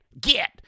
get